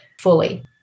fully